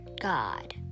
God